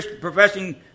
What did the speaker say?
professing